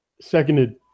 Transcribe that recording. seconded